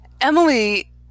Emily